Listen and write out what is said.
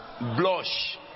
Blush